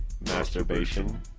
Masturbation